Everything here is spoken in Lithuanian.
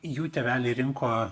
jų tėveliai rinko